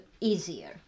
easier